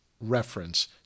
reference